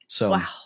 Wow